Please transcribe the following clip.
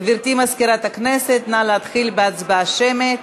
גברתי, מזכירת הכנסת, נא להתחיל בהצבעה שמית.